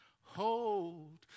Hold